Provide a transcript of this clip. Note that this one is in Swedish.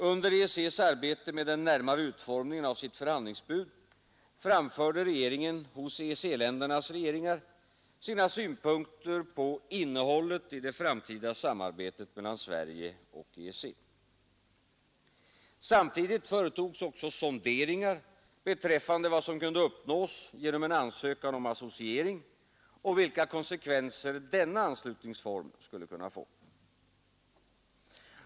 Under EEC:s arbete med den närmare utformningen av sitt förhandlingsbud framförde regeringen hos EEC-ländernas regeringar sina synpunkter på innehållet i det framtida samarbetet mellan Sverige och EEC. Samtidigt företogs också sonderingar beträffande vad som kunde uppnås genom en ansökan om associering och vilka konsekvenser denna anslutningsform skulle kunna få.